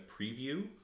preview